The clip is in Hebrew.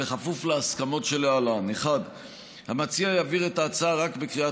בכפוף להסכמות שלהלן: 1. המציע יעביר את ההצעה רק בקריאה